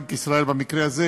בנק ישראל במקרה הזה,